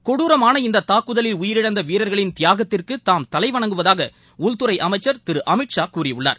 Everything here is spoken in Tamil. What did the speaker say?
கொடுரமான இந்த தாக்குதலில் உயிரிழந்த வீரர்களின் தியாகத்திற்கு தாம் தலைவணங்குவதாக உள்துறை அமைச்சர் திரு அமித்ஷா கூறியுள்ளார்